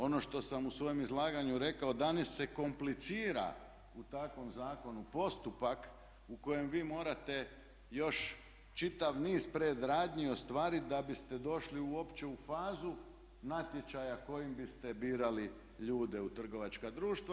Ono što sam u svom izlaganju rekao danas se komplicira u takvom zakonu postupak u kojem vi morate još čitav niz predradnji ostvarit da biste došli uopće u fazu natječaja kojim biste birali ljude u trgovačka društva.